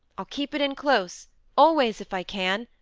i'll keep it in close always, if i can.